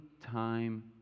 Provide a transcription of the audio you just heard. time